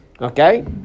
okay